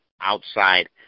outside